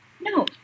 No